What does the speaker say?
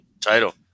title